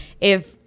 if-